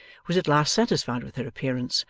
was at last satisfied with her appearance,